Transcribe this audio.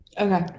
Okay